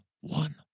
one